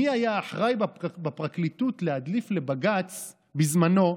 מי היה אחראי בפרקליטות להדליף לבג"ץ בזמנו,